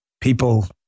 People